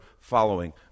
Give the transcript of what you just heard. following